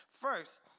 First